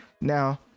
Now